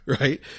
Right